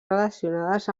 relacionades